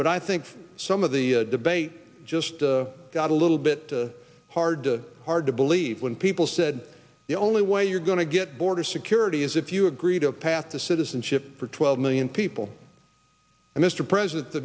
but i think some of the debate just got a little bit hard to hard to believe when people said the only way you're going to get border security is if you agree to a path to citizenship for twelve million people and mr president the